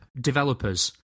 developers